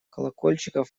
колокольчиков